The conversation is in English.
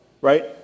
right